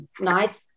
Nice